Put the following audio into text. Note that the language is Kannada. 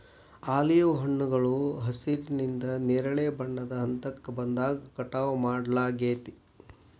ಆಲಿವ್ ಹಣ್ಣುಗಳು ಹಸಿರಿನಿಂದ ನೇರಳೆ ಬಣ್ಣದ ಹಂತಕ್ಕ ಬಂದಾಗ ಕಟಾವ್ ಮಾಡ್ಲಾಗ್ತೇತಿ